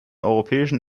europäischen